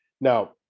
Now